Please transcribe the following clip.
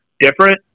different